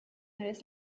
eres